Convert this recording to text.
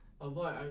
Avoid